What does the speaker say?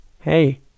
hey